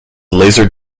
laser